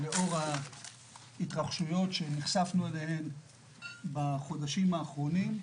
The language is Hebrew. לאור ההתרחשויות שנחשפנו אליהן בחודשים האחרונים,